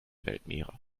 weltmeere